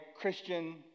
Christian